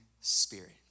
Spirit